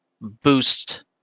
boost